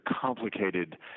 complicated